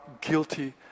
guilty